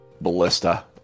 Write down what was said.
ballista